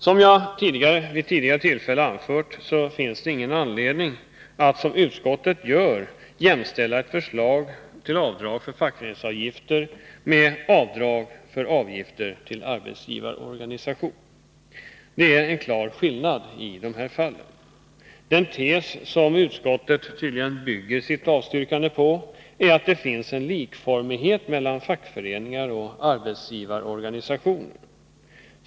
Som jag vid tidigare tillfälle har anfört finns det ingen anledning att, som utskottet gör, jämställa avdrag för fackföreningsavgifter med avdrag för avgifter till arbetsgivarorganisationen. Det är en klar skillnad mellan dessa. Den tes som utskottet tydligen grundar sitt avstyrkande på är att det finns en likformighet mellan fackföreningar och arbetsgivarorganisationer.